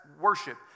worship